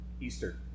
Easter